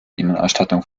innenausstattung